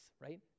right